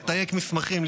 לתייק מסמכים,